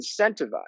incentivized